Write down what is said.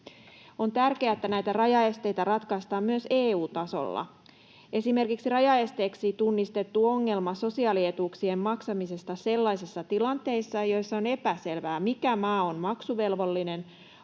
On tärkeää, että näitä rajaesteitä ratkaistaan myös EU-tasolla. Esimerkiksi rajaesteeksi tunnistettu ongelma sosiaalietuuksien maksamisesta sellaisissa tilanteissa, joissa on epäselvää, mikä maa on maksuvelvollinen,